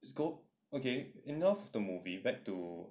okay enough of the movie back to